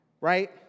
right